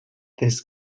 this